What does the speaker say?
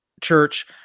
church